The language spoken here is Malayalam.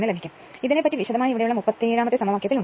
ഇതിനെ പറ്റി വിശദമായി ഇവിടെ ഉള്ള 37 ആം സമവാക്യത്തിൽ ഉണ്ട്